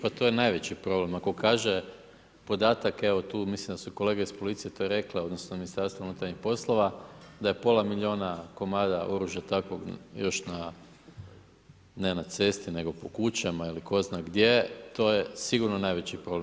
Pa to je najveći problem, ako kaže podatak evo tu mislim da su kolege iz policije to rekle, odnosno iz Ministarstva unutarnjih poslova, da je pola milijuna komada oružja takvog još na ne na cesti nego po kućama ili tko zna gdje, to je sigurno najveći problem.